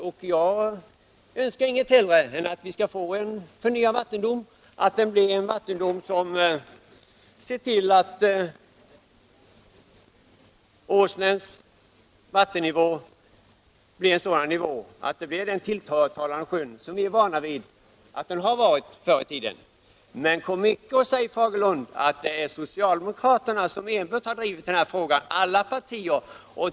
Jag själv önskar inget hellre än att det blir en ny vattendom, som ser till att sjön Åsnens vattennivå blir sådan att Åsnen blir den tilltalande sjö som den tidigare har varit. Men kom inte och säg, herr Fagerlund, att det enbart är socialdemokraterna som har drivit den här frågan. Det har alla partier gjort.